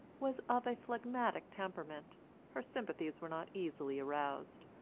was of a phlegmatic temperament her sympathies were not easily aroused,